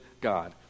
god